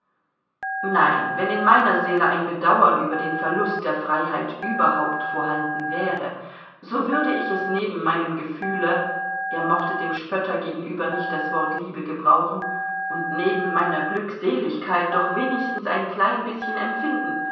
nein wenn in meiner seele ein bedauern über den verlust der freiheit überhaupt vorhanden wäre so würde ich es neben meinem gefühle er mochte dem spötter gegenüber nicht das wort liebe gebrauchen und neben meiner glückseligkeit doch wenigstens ein klein bißchen empfinden